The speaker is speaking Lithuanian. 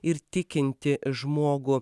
ir tikintį žmogų